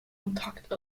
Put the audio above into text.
intakt